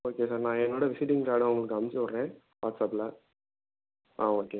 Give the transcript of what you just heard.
okay sir நான் என்னோடய visiting கார்டை உங்களுக்கு அமுச்சு விடுறேன் வாட்ஸ்அப்பில் ஆ ஓகே சார்